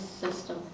system